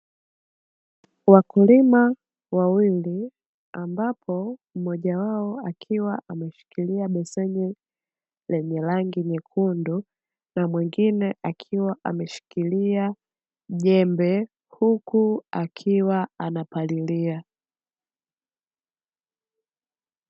Wakulima wawili, ambapo mmoja wao akiwa ameshikilia beseni lenye rangi nyekundu na mwingine akiwa ameshikilia jembe huku akiwa anapalilia.